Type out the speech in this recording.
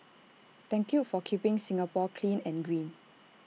thank you for keeping Singapore clean and green